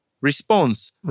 response